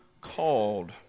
called